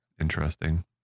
interesting